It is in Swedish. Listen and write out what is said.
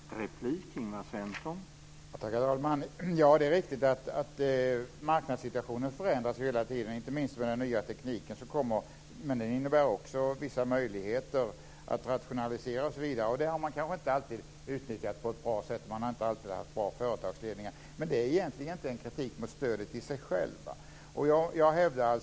Herr talman! Det är riktigt att marknadssituationen hela tiden förändras, inte minst med tanke på den nya tekniken. Men den innebär också vissa möjligheter att rationalisera, osv. Det har man kanske inte alltid utnyttjat på ett bra sätt. Man har inte alltid haft bra företagsledningar. Men det är egentligen inte en kritik mot stödet i sig.